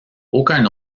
aucun